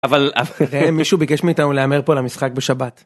אבל מישהו ביקש מאיתנו להמר פה למשחק בשבת.